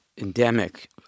endemic